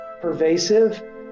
pervasive